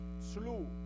slew